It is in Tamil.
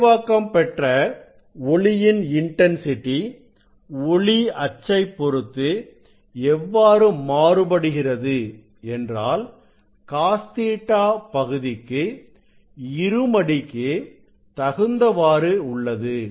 முனைவாக்கம் பெற்ற ஒளியின் இன்டன்சிட்டி ஒளி அச்சை பொருத்து எவ்வாறு மாறுபடுகிறது என்றால் cos Ɵ பகுதிக்கு இருமடிக்கு தகுந்தவாறு உள்ளது